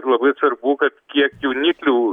ir labai svarbu kad kiek jauniklių